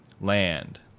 land